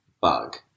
bug